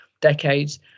decades